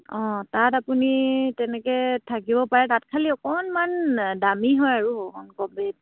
অঁ তাত আপুনি তেনেকে থাকিব পাৰে তাত খালি অকণমান দামী হয় আৰু